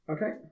Okay